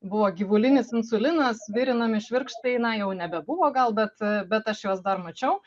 buvo gyvulinis insulinas virinami švirkštai na jau nebebuvo gal bet bet aš juos dar mačiau